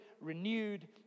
renewed